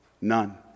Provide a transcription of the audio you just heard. None